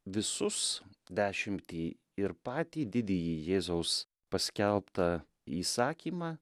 visus dešimtį ir patį didįjį jėzaus paskelbtą įsakymą